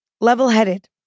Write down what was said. level-headed